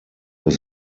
das